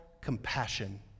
compassion